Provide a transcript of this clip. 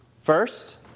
First